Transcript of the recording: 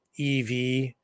EV